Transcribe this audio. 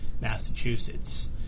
Massachusetts